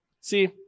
See